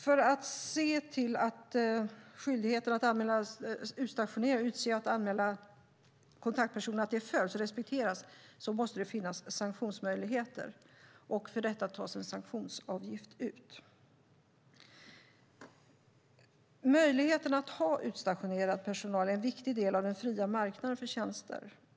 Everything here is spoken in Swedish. För att se till att skyldigheten att anmäla utstationeringen och utse och anmäla kontaktperson följs och respekteras måste det finnas sanktionsmöjligheter, och för detta tas en sanktionsavgift ut. Möjligheten att ha utstationerad personal är en viktig del av den fria marknaden för tjänster.